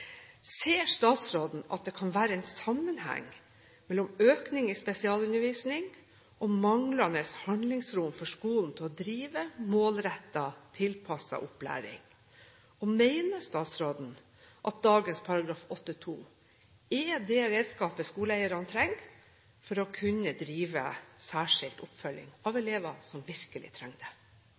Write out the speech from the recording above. Ser statsråden at det kan være en sammenheng mellom økningen i spesialundervisning og manglende handlingsrom for skolen til å drive målrettet, tilpasset opplæring? Mener statsråden at dagens § 8-2 er det redskapet skoleeierne trenger for å kunne drive særskilt oppfølging av elever som virkelig trenger det?